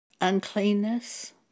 uncleanness